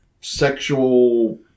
Sexual